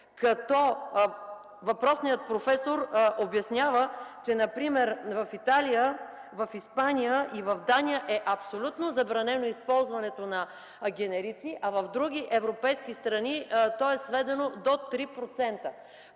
като въпросният професор обяснява, че например в Италия, в Испания и в Дания е абсолютно забранено използването на генерици, а в други европейски страни е сведено до 3%.